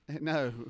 no